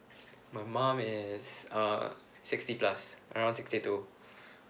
my mum is uh sixty plus around sixty two